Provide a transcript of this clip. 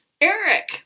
Eric